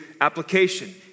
application